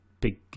big